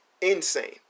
insane